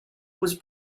was